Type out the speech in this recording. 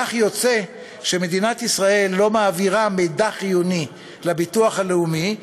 כך יוצא שמדינת ישראל לא מעבירה מידע חיוני לביטוח הלאומי,